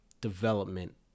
development